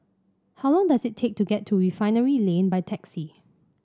how long does it take to get to Refinery Lane by taxi